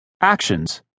Actions